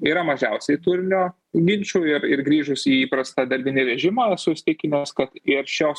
yra mažiausiai tulio minčų ir ir grįžus į įprastą darbinį režimą esu įsitikinęs kad ir šios